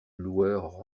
loueur